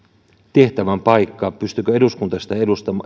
tehtävän paikka pystyykö eduskunta sitä